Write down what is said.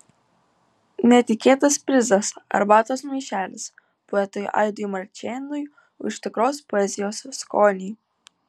netikėtas prizas arbatos maišelis poetui aidui marčėnui už tikros poezijos skonį